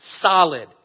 solid